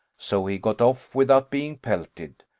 so he got off without being pelted,